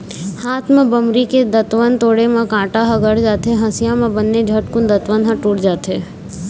हाथ म बमरी के दतवन तोड़े म कांटा ह गड़ जाथे, हँसिया म बने झटकून दतवन ह टूट जाथे